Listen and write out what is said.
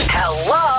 Hello